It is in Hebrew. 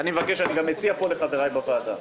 אני מציע לחבריי בוועדה: